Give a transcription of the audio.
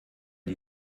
die